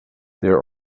there